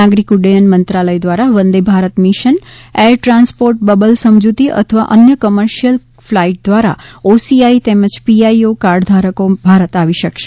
નાગરિક ઉદ્દયન મંત્રાલય દ્વારા Vande Bharat mission air transport bubble સમજૂતી અથવા અન્ય કોમર્શિયલ ફ્લાઈટ દ્વારા ઓસીઆઈ તેમજ પીઆઈઓ કાર્ડ ધારકો ભારત આવી શકશે